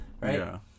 right